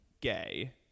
gay